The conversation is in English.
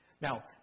Now